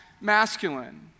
masculine